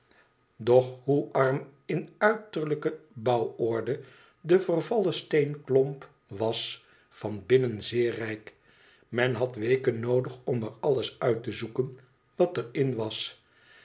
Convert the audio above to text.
doch hoe arm in uiterlijke bouworde de vervallen steenklomp wa van binnen zeer rijk men had weken noodig om er alles uit te zoeken wat er in was